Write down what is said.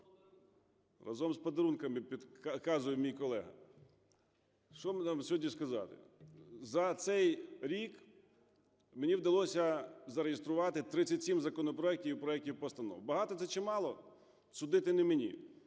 "Разом з подарунками", – підказує мій колега. Що нам сьогодні сказати? За цей рік мені вдалося зареєструвати 37 законопроектів і проектів постанов. Багато це чи мало судити не мені.